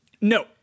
No